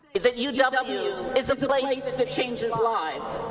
that you know uw is a place that that changes lives.